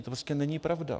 To prostě není pravda.